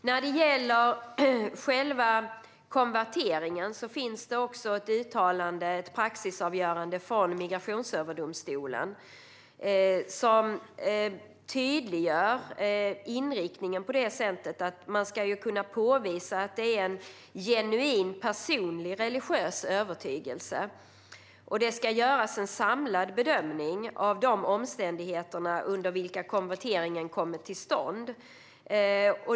När det gäller frågan om konvertering finns också ett uttalande, ett praxisavgörande, från Migrationsöverdomstolen. Det tydliggör inriktningen på det sättet att man ska kunna påvisa att det är en genuin personlig religiös övertygelse, och det ska göras en samlad bedömning av de omständigheter under vilka konverteringen har kommit till stånd.